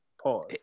pause